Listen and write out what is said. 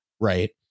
right